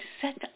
set